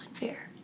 unfair